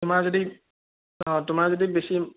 তোমাৰ যদি অ' তোমাৰ যদি বেছি